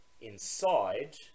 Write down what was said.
inside